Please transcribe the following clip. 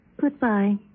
Goodbye